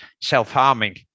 self-harming